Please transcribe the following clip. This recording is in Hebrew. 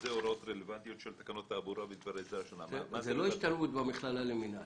זאת לא השתלמות במכללה למינהל.